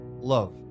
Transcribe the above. Love